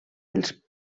dels